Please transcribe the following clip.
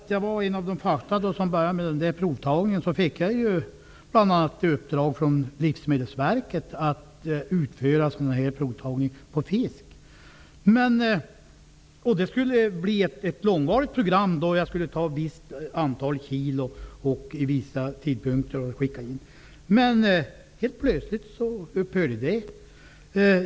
Jag var en av de första som började göra provtagningar. Jag fick bl.a. i uppdrag från Livsmedelsverket att utföra provtagning på fisk. Det skulle bli ett långvarigt program. Jag skulle vid vissa tidpunkter göra provtagningar på ett visst antal kilo. Helt plötsligt upphörde denna verksamhet.